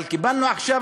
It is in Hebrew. אבל קיבלנו עכשיו,